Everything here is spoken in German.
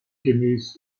gemäß